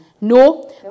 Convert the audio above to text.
No